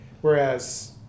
Whereas